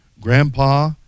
grandpa